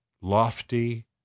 lofty